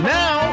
now